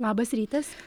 labas rytas